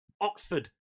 Oxford